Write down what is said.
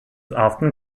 often